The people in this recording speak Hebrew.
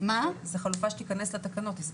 זו חלופה שתיכנס לתקנות.